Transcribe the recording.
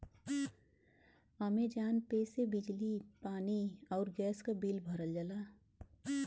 Amazon pay से बिजली पानी आउर गैस क बिल भरल जाला